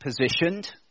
positioned